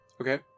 Okay